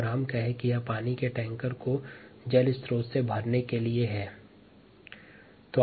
और हम यह कह सकते है कि यह पानी के टैंकर जल आपूर्ति के लिए है